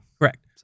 Correct